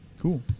Cool